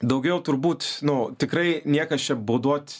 daugiau turbūt nu tikrai niekas čia bauduot